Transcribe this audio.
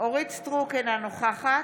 אורית מלכה סטרוק, אינה נוכחת